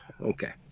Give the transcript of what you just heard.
Okay